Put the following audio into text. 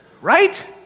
Right